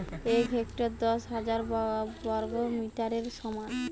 এক হেক্টর দশ হাজার বর্গমিটারের সমান